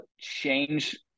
change